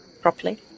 properly